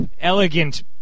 Elegant